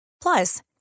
Plus